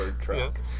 truck